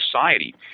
society